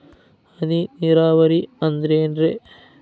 ಹನಿ ನೇರಾವರಿ ಅಂದ್ರೇನ್ರೇ?